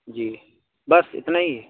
جی بس اتنا ہی